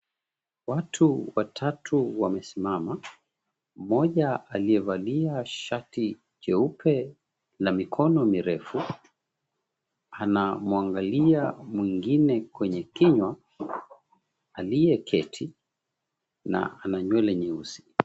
Watu watatu wamesimama. Mmoja aliyevalia shati jeupe la mikono mirefu anamwangalia mwingine kwenye kinywa aliyeketi na ana nywele nyeusi.